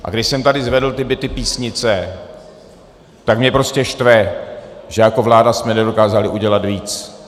A když jsem tady zvedl ty byty Písnice, tak mě prostě štve, že jako vláda jsme nedokázali udělat víc.